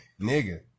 nigga